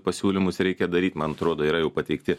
pasiūlymus reikia daryt man atrodo yra jau pateikti